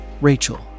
Rachel